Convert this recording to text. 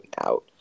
out